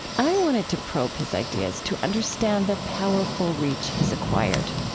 i wanted to probe his ideas to understand the powerful reach he has acquired.